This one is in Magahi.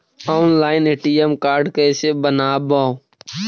ऑनलाइन ए.टी.एम कार्ड कैसे बनाबौ?